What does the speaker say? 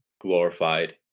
glorified